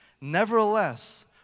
nevertheless